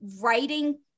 writing